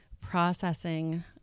processing